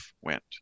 went